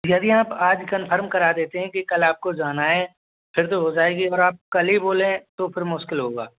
यदि आप आज कंफरम करा देते हैं कि कल आपको जाना है फिर तो हो जाएगी अगर आप कल ही बोलें तो फिर मुश्किल होगा